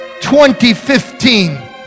2015